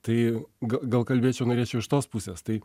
tai gal kalbėčiau norėčiau iš tos pusės tai